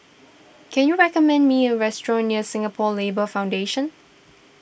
can you recommend me a restaurant near Singapore Labour Foundation